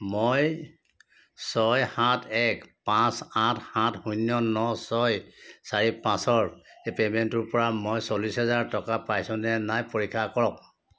মই ছয় সাত এক পাঁচ আঠ সাত শূন্য ন ছয় চাৰি পাঁচৰ এই পেমেণ্টটোৰ পৰা চল্লিছ হেজাৰ টকা পাইছোনে নাই পৰীক্ষা কৰক